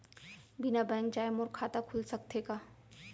बिना बैंक जाए मोर खाता खुल सकथे का?